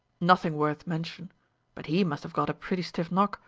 nothing worth mention but he must have got a pretty stiff knock,